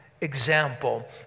example